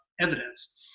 evidence